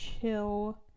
chill